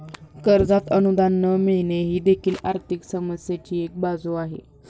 कर्जात अनुदान न मिळणे ही देखील आर्थिक समस्येची एक बाजू आहे